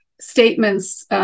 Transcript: statements